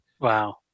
wow